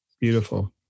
Beautiful